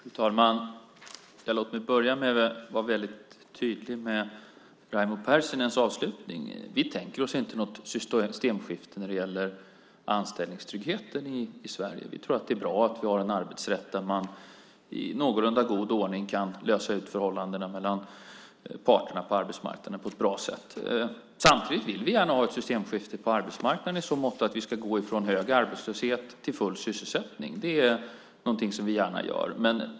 Fru talman! Låt mig börja med att vara tydlig med Raimo Pärssinens avslutning. Vi tänker oss inte något systemskifte när det gäller anställningstryggheten i Sverige. Vi tror att det är bra att vi har en arbetsrätt där man i någorlunda god ordning kan lösa ut förhållandena mellan parterna på arbetsmarknaden på ett bra sätt. Samtidigt vill vi gärna ha ett systemskifte på arbetsmarknaden i så måtto att vi ska gå från hög arbetslöshet till full sysselsättning. Det är något vi gärna gör.